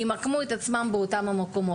ימקמו את עצמם באותם המקומות.